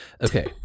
okay